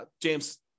James